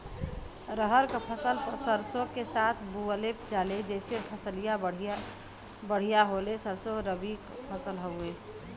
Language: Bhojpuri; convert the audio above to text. रहर क फसल सरसो के साथे बुवल जाले जैसे फसलिया बढ़िया होले सरसो रबीक फसल हवौ